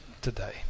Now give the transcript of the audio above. today